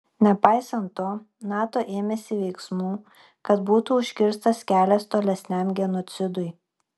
nepaisant to nato ėmėsi veiksmų kad būtų užkirstas kelias tolesniam genocidui